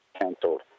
cancelled